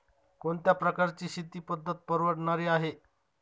कोणत्या प्रकारची शेती पद्धत परवडणारी आहे?